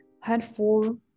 handful